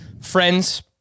friends